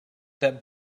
that